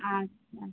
আচ্ছা